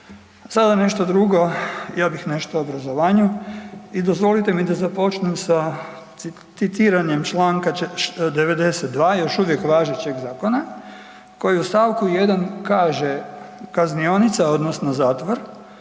Sada nešto drugo, ja bih nešto o obrazovanju i dozvolite mi da započnem sa citiranjem Članka 92. još uvijek važećeg zakona koji u stavku 1. kaže: „Kaznionica odnosno zatvor